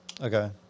okay